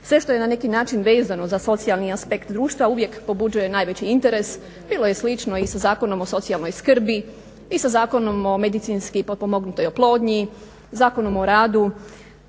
Sve što je na neki način vezano za socijalni aspekt društva uvijek pobuđuje najveći interes. Bilo je slično i sa Zakonom o socijalnoj skrbi i sa Zakonom o medicinski potpomognutoj oplodnji, Zakonom o radu,